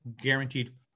Guaranteed